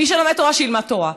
מי שלומד תודה שילמד תורה.